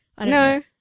No